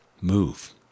Move